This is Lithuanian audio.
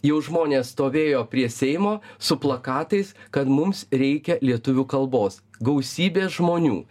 jau žmonės stovėjo prie seimo su plakatais kad mums reikia lietuvių kalbos gausybė žmonių